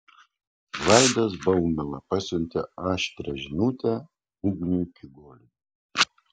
vaidas baumila pasiuntė aštrią žinutę ugniui kiguoliui